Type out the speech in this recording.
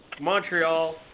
Montreal